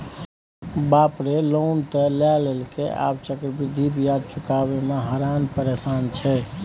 बाप रे लोन त लए लेलकै आब चक्रवृद्धि ब्याज चुकाबय मे हरान परेशान छै